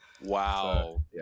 Wow